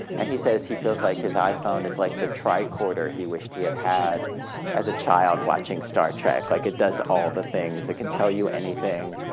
and he says he feels like his iphone is like the tricorder he wished he had had as a child watching star trek. like it does all the things. it can tell you anything.